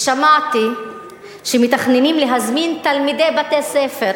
ושמעתי שמתכננים להזמין תלמידי בתי-ספר